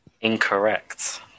Incorrect